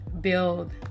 build